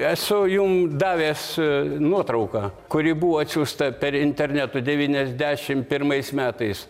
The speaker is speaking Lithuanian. esu jum davęs nuotrauką kuri buvo atsiųsta per internetu devyniasdešimt pirmais metais